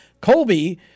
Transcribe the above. Colby